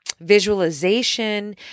visualization